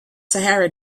sahara